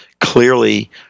clearly